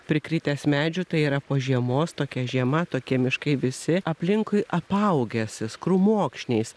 prikritęs medžių tai yra po žiemos tokia žiema tokie miškai visi aplinkui apaugęs jis krūmokšniais